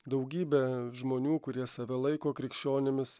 daugybę žmonių kurie save laiko krikščionimis